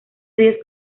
diez